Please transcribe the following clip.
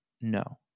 no